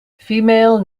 female